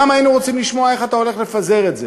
גם היינו רוצים לשמוע איך אתה הולך לפזר את זה.